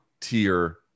tier